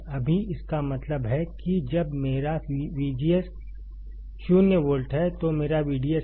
अभी इसका मतलब है कि जब मेरा VGS 0 वोल्ट है तो मेरा VDS क्या है